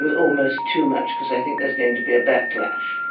but almost too much because i think there's going to be a backlash.